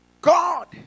God